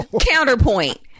counterpoint